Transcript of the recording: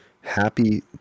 Happy